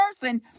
person